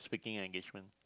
speaking engagement